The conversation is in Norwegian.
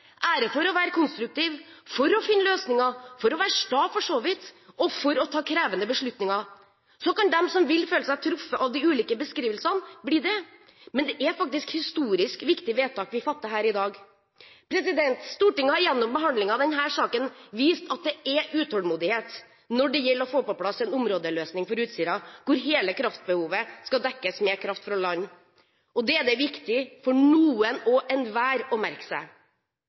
det, ære for å være konstruktiv, ære for å finne løsninger, ære for å være sta, for så vidt, og ære for å ta krevende beslutninger. De som vil, kan føle seg truffet av de ulike beskrivelsene, men det er faktisk et historisk viktig vedtak vi fatter her i dag. Stortinget har gjennom behandlingen av denne saken vist at det er utålmodighet når det gjelder å få på plass en områdeløsning for Utsira, hvor hele kraftbehovet skal dekkes med kraft fra land. Det er det viktig for alle og enhver å merke seg.